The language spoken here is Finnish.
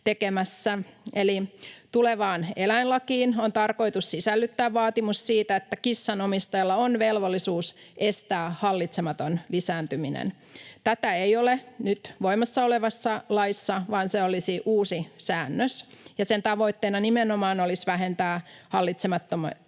Eli tulevaan eläinlakiin on tarkoitus sisällyttää vaatimus siitä, että kissan omistajalla on velvollisuus estää hallitsematon lisääntyminen. Tätä ei ole nyt voimassa olevassa laissa, vaan se olisi uusi säännös, ja sen tavoitteena nimenomaan olisi vähentää hallitsemattomasti